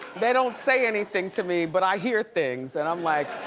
they don't say anything to me, but i hear things, and i'm like,